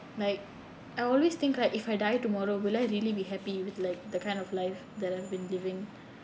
like I always think like if I die tomorrow will I really be happy with like the kind of life that I've been living